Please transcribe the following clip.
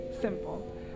Simple